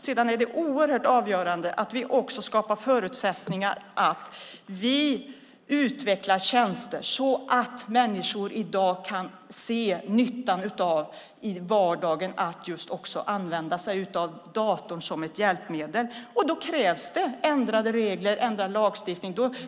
Sedan är det oerhört avgörande att vi också skapar förutsättningar för att utveckla tjänster så att människor i dag kan se nyttan av att i vardagen använda sig av datorn som ett hjälpmedel. Då krävs det ändrade regler och ändrad lagstiftning.